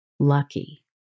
Lucky